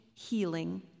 healing